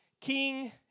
King